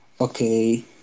Okay